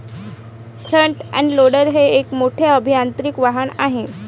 front end loader हे एक मोठे अभियांत्रिकी वाहन आहे